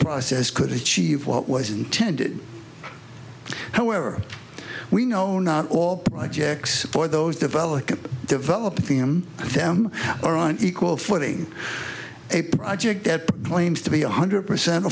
process could achieve what was intended however we know not all projects for those develop developing them them are on equal footing a project that claims to be one hundred percent